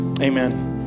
Amen